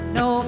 no